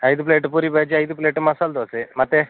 ಐದು ಪ್ಲೇಟ್ ಪೂರಿ ಭಜ್ಜಿ ಐದು ಪ್ಲೇಟ್ ಮಸಾಲ ದೋಸೆ ಮತ್ತೆ